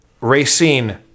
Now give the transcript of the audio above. Racine